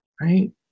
Right